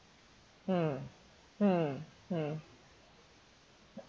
mm mm mm